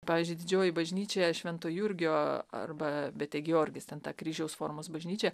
pavyzdžiui didžioji bažnyčia švento jurgio arba bete giorgis ten ta kryžiaus formos bažnyčia